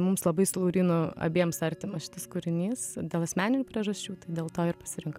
mums labai su laurynu abiems artimas šitas kūrinys dėl asmeninių priežasčių dėl to ir pasirinko